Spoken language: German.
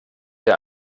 der